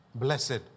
Blessed